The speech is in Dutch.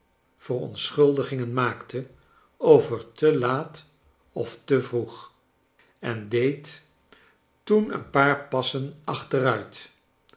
verontschuldigingen maakte over te laat of te vroeg en deed toen een paar passen achteruit